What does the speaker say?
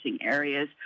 areas